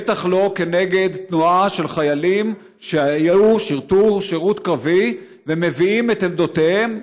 בטח לא כנגד תנועה של חיילים ששירתו שירות קרבי ומביאים את עמדותיהם,